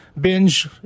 binge